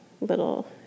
little